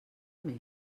més